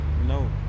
No